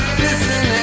listen